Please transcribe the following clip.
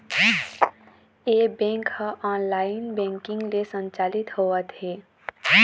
ए bank ह online banking ले संचालित होवत हे